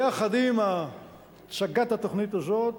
יחד עם הצגת התוכנית הזאת,